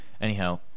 Anyhow